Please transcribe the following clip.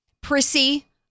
prissy